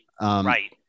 Right